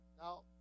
Now